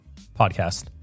podcast